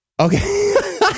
Okay